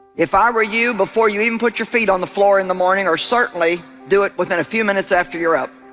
if i were you before you even put your feet on the floor in the morning or certainly do it within a few minutes after your up